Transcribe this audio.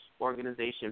organization